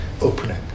opening